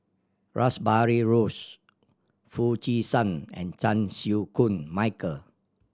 Rash Behari Bose Foo Chee San and Chan Chew Koon Michael